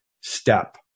step